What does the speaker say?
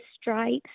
stripes